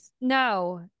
No